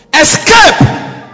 Escape